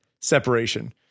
separation